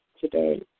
today